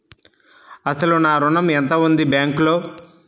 అసలు నా ఋణం ఎంతవుంది బ్యాంక్లో?